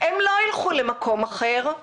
הם לא ילכו למקום אחר.